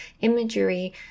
imagery